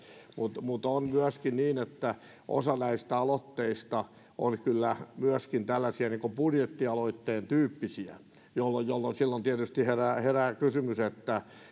mutta on myöskin niin että osa näistä aloitteista on kyllä myöskin tällaisia niin kuin budjettialoitteen tyyppisiä silloin tietysti herää herää kysymys että